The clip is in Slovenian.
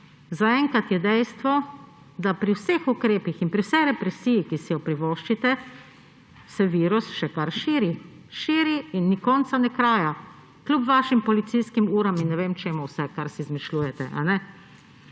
Zaenkrat je dejstvo, da se pri vseh ukrepih in pri vsej represiji, ki si jo privoščite, virus še kar širi. Širi in ni konca ne kraja kljub vašim policijskim uram in ne vem, čemu vse, kar si izmišljujete.